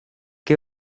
que